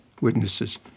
witnesses